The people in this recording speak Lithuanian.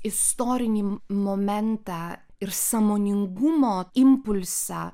istorinį momentą ir sąmoningumo impulsą